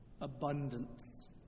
Abundance